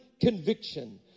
conviction